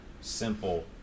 simple